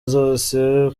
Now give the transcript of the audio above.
zose